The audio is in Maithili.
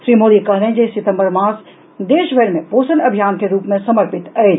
श्री मोदी कहलनि जे सितंबर मास देशभरि मे पोषण अभियान के रूप मे समर्पित अछि